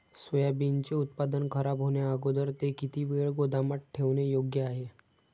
सोयाबीनचे उत्पादन खराब होण्याअगोदर ते किती वेळ गोदामात ठेवणे योग्य आहे?